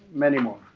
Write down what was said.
many more.